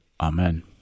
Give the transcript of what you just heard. Amen